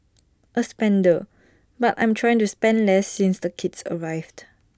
A spender but I'm trying to spend less since the kids arrived